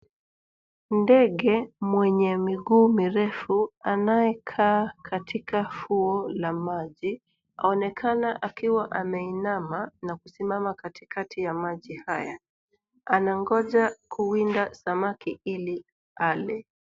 Ndege mwenye miguu mirefu anayekaa katika fuo la maji, aonekana akiwa ameinama na kusimama katikati ya maji haya. Anaongoja kuwinda samaki ili ale.